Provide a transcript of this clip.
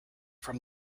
from